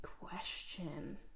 question